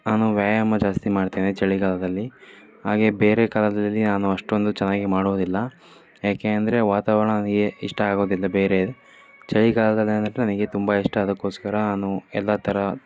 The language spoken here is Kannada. ನಾನು ವ್ಯಾಯಾಮ ಜಾಸ್ತಿ ಮಾಡ್ತೇನೆ ಚಳಿಗಾಲದಲ್ಲಿ ಹಾಗೇ ಬೇರೆ ಕಾಲದಲ್ಲಿ ನಾನು ಅಷ್ಟೊಂದು ಚೆನ್ನಾಗಿ ಮಾಡೋದಿಲ್ಲ ಯಾಕೆ ಅಂದರೆ ವಾತಾವರಣ ನನಗೆ ಇಷ್ಟ ಆಗೋದಿಲ್ಲ ಬೇರೆ ಚಳಿಗಾಲದಲ್ಲಿ ಆದರೆ ನನಗೆ ತುಂಬ ಇಷ್ಟ ಅದಕ್ಕೋಸ್ಕರ ನಾನು ಎಲ್ಲ ಥರ